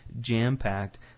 jam-packed